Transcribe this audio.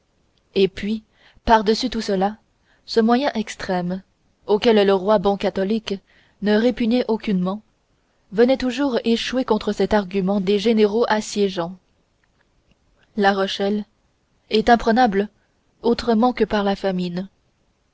et puis par-dessus tout cela ce moyen extrême auquel le roi bon catholique ne répugnait aucunement venait toujours échouer contre cet argument des généraux assiégeants la rochelle est imprenable autrement que par la famine